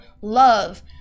love